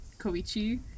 Koichi